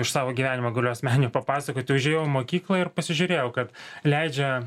iš savo gyvenimo galiu asmeninio papasakot užėjau į mokyklą ir pasižiūrėjau kad leidžia